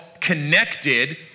connected